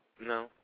no